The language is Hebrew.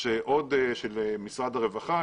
יש עוד של משרד הרווחה,